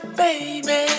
baby